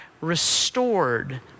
restored